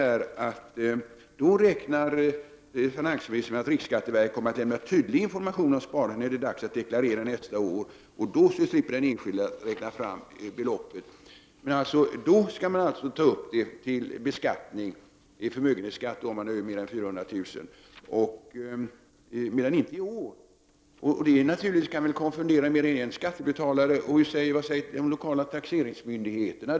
Finansministern säger att han räknar med att riksskatteverket kommer att lämna tydlig information om sparandet när det är dags att deklarera nästa år, och då slipper den enskilde räkna fram beloppet. Då skall man alltså ta upp detta vid förmögenhetsbeskattningen, dvs. om man har mer än 400 000 kr., men inte i år. Det kan naturligtvis konfundera mer än en skattebetalare. Och vad säger de lokala taxeringsmyndigheterna?